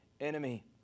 enemy